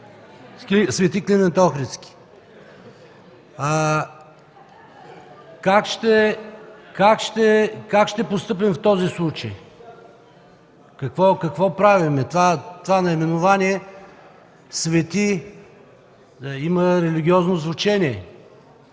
„Св. Климент Охридски”. Как ще постъпим в този случай? Какво правим? Това наименование „Свети” има религиозно значение